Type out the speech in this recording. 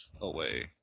away